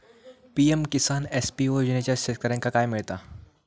PM Kisan FPO योजनाच्यात शेतकऱ्यांका काय मिळता?